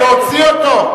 להוציא אותו.